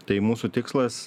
tai mūsų tikslas